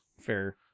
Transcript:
Fair